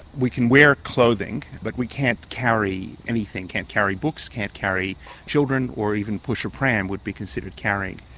we can wear clothing, but we can't carry anything, can't carry books, can't carry children or even push a pram would be considered carrying.